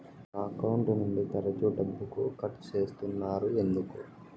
నా అకౌంట్ నుండి తరచు డబ్బుకు కట్ సేస్తున్నారు ఎందుకు